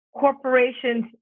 corporations